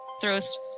throws